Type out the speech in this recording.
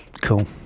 Cool